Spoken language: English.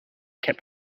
kept